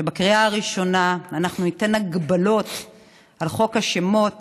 שבקריאה הראשונה אנחנו ניתן הגבלות על חוק השמות